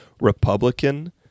Republican